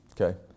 Okay